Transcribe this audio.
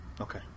Okay